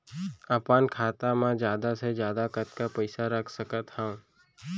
अपन खाता मा जादा से जादा कतका पइसा रख सकत हव?